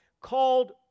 called